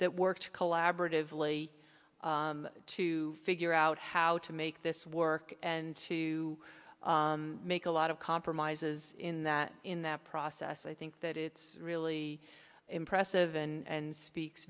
that worked collaboratively to figure out how to make this work and to make a lot of compromises in that in that process i think that it's really impressive and speaks